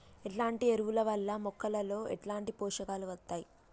ఎట్లాంటి ఎరువుల వల్ల మొక్కలలో ఎట్లాంటి పోషకాలు వత్తయ్?